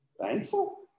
Thankful